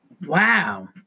Wow